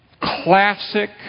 classic